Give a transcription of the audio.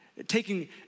taking